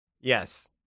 Yes